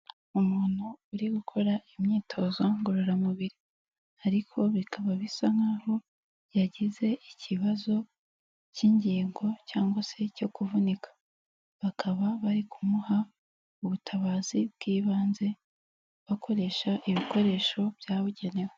Umuntu uri gukora imyitozo ngororamubiri. Ariko bikaba bisa nk'aho yagize ikibazo cy'ingingo, cyangwa se cyo kuvunika. Bakaba bari kumuha ubutabazi bw'ibanze, bakoresha ibikoresho byabugenewe.